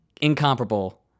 incomparable